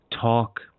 talk